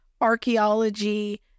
archaeology